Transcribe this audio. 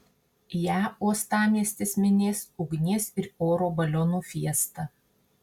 ją uostamiestis minės ugnies ir oro balionų fiesta